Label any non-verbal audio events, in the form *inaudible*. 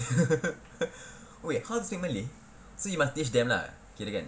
*laughs* wait how to speak malay so you must teach them lah kirakan